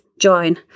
join